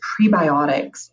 prebiotics